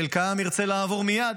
חלקם ירצה לעבור מייד,